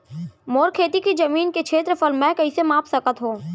मोर खेती के जमीन के क्षेत्रफल मैं कइसे माप सकत हो?